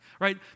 Right